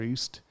East